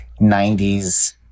90s